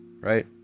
right